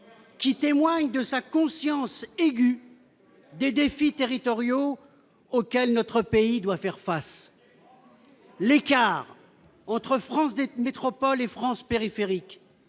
qui témoigne de sa conscience aiguë des défis territoriaux auxquels notre pays doit faire face, l'écart entre France 2, métropole et France périphérique,